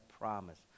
promise